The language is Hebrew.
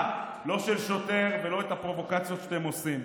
של שוטר ולא את הפרובוקציות שאתם עושים.